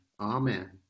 Amen